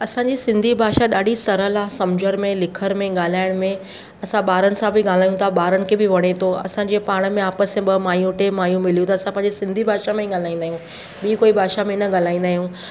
असांजी सिंधी भाषा ॾाढी सरल आहे समुझण में लिखण में ॻाल्हाइण में असां ॿारनि सां बि ॻाल्हायूं था ॿारनि खे बि वणे थो असां जीअं पाण में आपसि ॿ मायूं टे मायूं मिली त असां पंहिंजे सिंधी भाषा में ॻाल्हाईंदा आहियूं ॿी कोई भाषा में न ॻाल्हाईंदा आहियूं